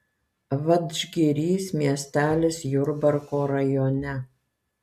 vadžgirys miestelis jurbarko rajone